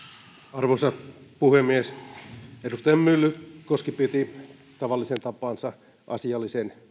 arvoisa puhemies edustaja myllykoski piti tavalliseen tapaansa asiallisen